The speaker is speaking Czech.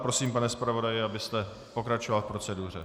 Prosím, pane zpravodaji, abyste pokračoval v proceduře.